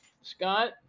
Scott